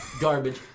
Garbage